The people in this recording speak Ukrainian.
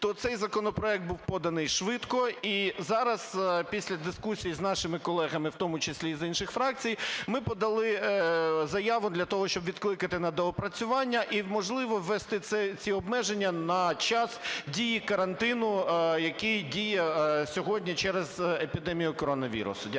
то цей законопроект був поданий швидко. І зараз, після дискусії з нашими колегами, в тому числі з інших фракцій, ми подали заяву для того, щоб відкликати на доопрацювання і, можливо, ввести ці обмеження на час дії карантину, який діє сьогодні через епідемію коронавірусу.